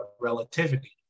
relativity